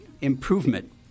improvement